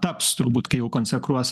taps turbūt kai jau konsekruos